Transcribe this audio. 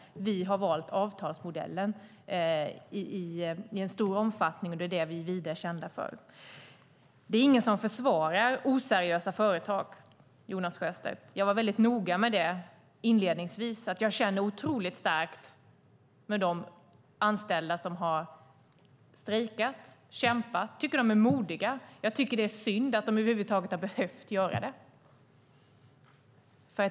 Vi har valt avtalsmodellen i en stor omfattning, och det är vi vida kända för. Det är ingen som försvarar oseriösa företag, Jonas Sjöstedt. Jag var inledningsvis väldigt noga med att säga att jag känner otroligt starkt med de anställda som har strejkat och kämpat. Jag tycker att de är modiga. Jag tycker att det är synd att de över huvud taget har behövt göra det.